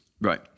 Right